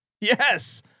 Yes